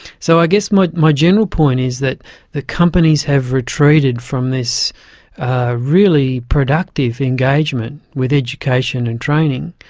so i guess my my general point is that the companies have retreated from this really productive engagement with education and training,